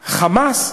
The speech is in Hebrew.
"חמאס"